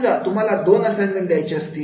समजा तुम्हाला दोन असाइनमेंट द्यायचे आहेत